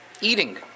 eating